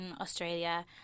Australia